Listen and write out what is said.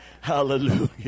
Hallelujah